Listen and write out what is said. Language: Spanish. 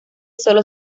sólo